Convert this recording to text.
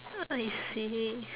I see